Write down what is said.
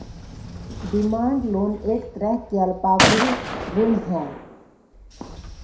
demand loan एक तरह के अल्पावधि ऋण हइ